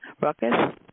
ruckus